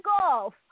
golf